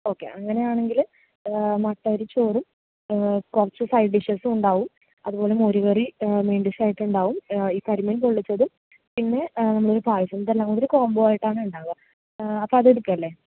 okay അങ്ങനെയാണെങ്കിൽ മട്ട അരി ചോറും കുറച്ച് സൈഡ് ഡിഷസും ഉണ്ടാവും അതുപോലെ മോരുകറി മെയിൻ ഡിഷ് ആയിട്ടുണ്ടാവും ഈ കരിമീൻ പൊള്ളിച്ചതും പിന്നെ നമ്മളൊരു പായസവും ഇത് എല്ലാം കൂടി ഒരു കോമ്പോ ആയിട്ടാണ് ഉണ്ടാവുക അപ്പോൾ അത് എടുക്കുകയല്ലേ